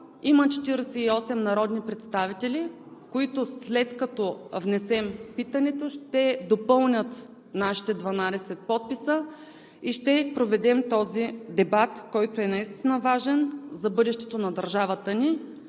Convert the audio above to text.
има 48 народни представители, които, след като внесем питането, ще допълнят нашите 12 подписа и ще проведем този дебат, който е наистина важен за бъдещето на държавата ни.